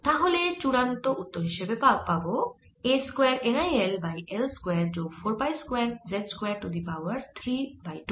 তাহলে চূড়ান্ত উত্তর হিসেবে পাবো পাই a square N I L by L square যোগ 4 pi square z square to the power 3 by 2